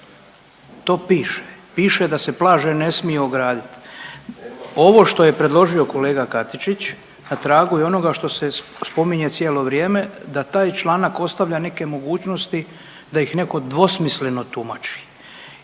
to piše. Piše da se plaže ne smiju ograditi. Ovo što je predložio kolega Katičić na tragu je onoga što se spominje cijelo vrijeme da taj članak ostavlja neke mogućnosti da ih neko dvosmisleno tumači